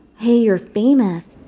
hey, you're famous!